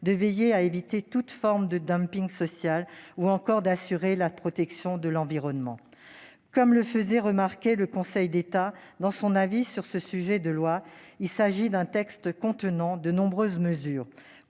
de veiller à éviter toutes formes de dumping social ou encore d'assurer la protection de l'environnement. Comme le faisait remarquer le Conseil d'État dans son avis sur le projet de loi, il s'agit d'un texte contenant de nombreuses mesures,